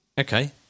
Okay